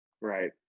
right